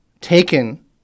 taken